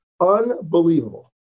Unbelievable